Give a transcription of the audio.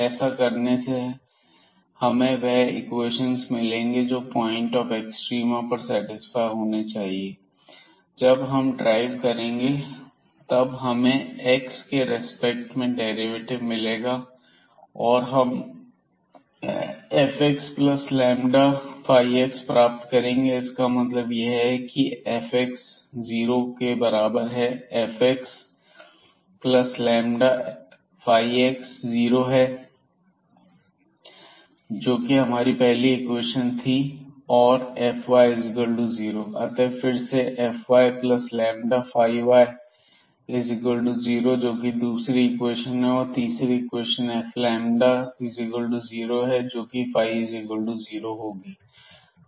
ऐसा करने से हमें वह इक्वेशंस मिलेंगे जो पॉइंट ऑफ एक्सट्रीमा पर सेटिस्फाय होनी चाहिए तो जब हम ड्राइव करेंगे तब हमें एक्स के रिस्पेक्ट में डेरिवेटिव मिलेगा और हम fxλx प्राप्त करेंगे इसका मतलब यह है यह Fx0 बराबर है fxλx0 के जो कि हमारी पहली इक्वेशन थी और Fy0 अतः फिर से fyλy0 जोकि दूसरी इक्वेशन है और तीसरी इक्वेशन F0 है और जो कि ϕ0 होगी